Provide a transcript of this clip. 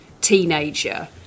teenager